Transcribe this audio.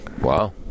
Wow